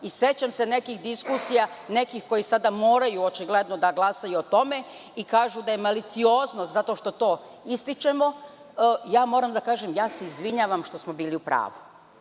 Sećam se diskusija nekih koji sada moraju očigledno da glasaju o tome i kažu da je malicioznost zato što to ističemo. Moram da kažem – izvinjavam se što smo bili u pravu.